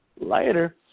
Later